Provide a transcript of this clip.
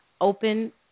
open